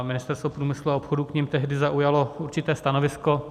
Ministerstvo průmyslu a obchodu k nim tehdy zaujalo určité stanovisko.